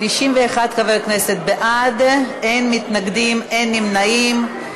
91 חברי כנסת בעד, אין מתנגדים, אין נמנעים.